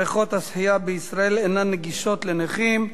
בריכות השחייה בישראל אינן נגישות לנכים,